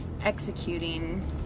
executing